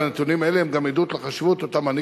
הנתונים האלה הם גם עדות לחשיבות שמעניק